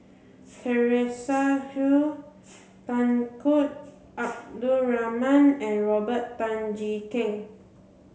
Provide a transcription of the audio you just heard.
Teresa Hsu Tunku Abdul Rahman and Robert Tan Jee Keng